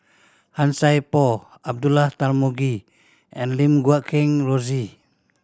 Han Sai Por Abdullah Tarmugi and Lim Guat Kheng Rosie